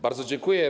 Bardzo dziękuję.